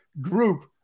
group